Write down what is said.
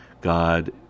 god